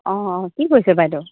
অ' কি কৈছে বাইদেউ